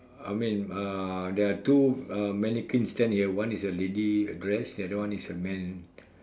I mean uh there are two uh mannequin stand here one is a lady dress another is a man